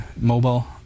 mobile